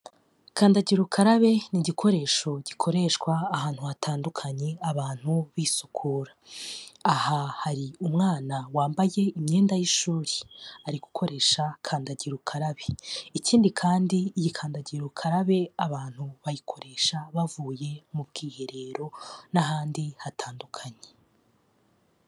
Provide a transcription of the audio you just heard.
Kandagira ukarabe ni igikoresho gikoreshwa ahantu hatandukanye abantu bisukura. Aha, hari umwana wambaye imyenda y’ishuri ari gukoresha kandagira ukarabe. Ikindi kandi, iyi kandagira ukarabe abantu bayikoresha bavuye mu bwiherero n’ahandi hatandukanye.